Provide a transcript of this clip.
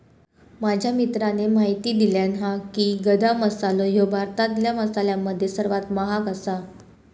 माझ्या मित्राने म्हायती दिल्यानं हा की, गदा मसालो ह्यो भारतातल्या मसाल्यांमध्ये सर्वात महाग आसा